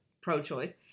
pro-choice